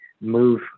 move